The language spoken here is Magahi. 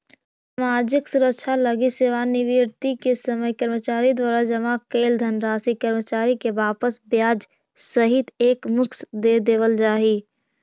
सामाजिक सुरक्षा लगी सेवानिवृत्ति के समय कर्मचारी द्वारा जमा कैल धनराशि कर्मचारी के वापस ब्याज सहित एक मुश्त दे देवल जाहई